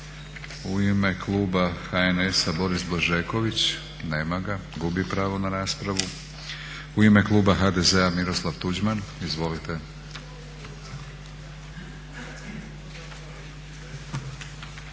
U ime kluba HNS-a Boris Blažeković. Nema ga, gubi pravo na raspravu. U ime kluba HDZ-a Miroslav Tuđman. Izvolite.